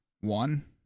One